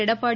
Edappadi